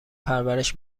پرورش